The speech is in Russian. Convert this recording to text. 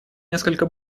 несколько